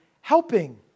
helping